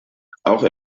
auch